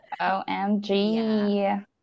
OMG